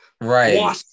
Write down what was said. right